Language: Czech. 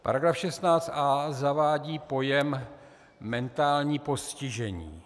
Paragraf 16a zavádí pojem mentální postižení.